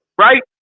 right